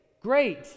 great